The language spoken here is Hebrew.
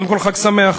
קודם כול, חג שמח.